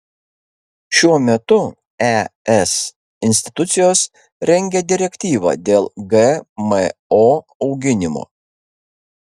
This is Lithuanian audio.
šiuo metu es institucijos rengia direktyvą dėl gmo auginimo